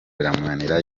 biramunanira